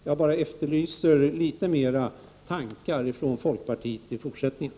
Jag bara efterlyser litet mer tankar från folkpartiet i fortsättningen.